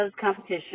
competition